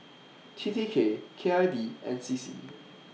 T T K K I V and C C